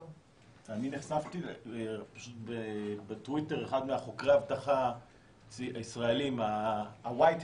נחשפתי בטוויטר אצל אחד מחוקרי האבטחה הישראלים ה"white hats",